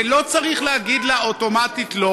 ולא צריך להגיד אוטומטית לא